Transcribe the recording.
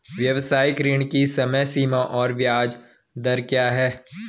व्यावसायिक ऋण की समय सीमा और ब्याज दर क्या है?